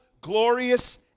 glorious